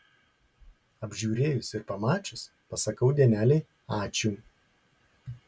apžiūrėjus ir pamačius pasakau dienelei ačiū